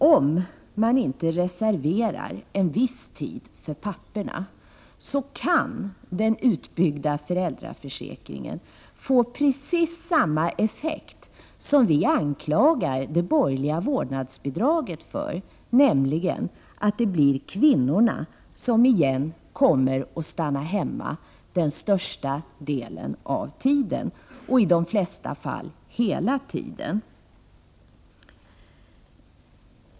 Om vi inte reserverar en viss tid för papporna, kan den utbyggda föräldraförsäkringen få precis samma effekt som det borgerliga vårdnadsbidraget. Vi anklagar ju de borgerliga för att medverka till att det återigen blir kvinnorna som kommer att stanna hemma den största delen av ledigheten — ja, i de flesta fall hela tiden.